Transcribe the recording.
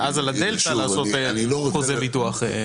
ואז על הדלתא לעשות חוזה ביטוח נוסף.